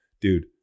Dude